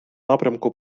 напрямку